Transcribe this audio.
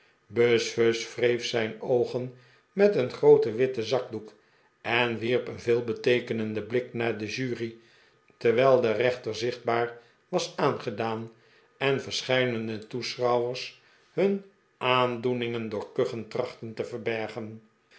buzfuz wreef zijn oogen met een grooten witten zakdoek en wierp een veelbeteekenenden blik naar de jury terwijl de rechter zichtbaar was aangedaan en verscheidene toeschouwers hun aandoeningen door k uchen trachtten te verbergen